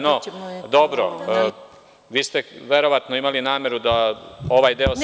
No, dobro vi ste verovatno imali nameru da ovaj deo…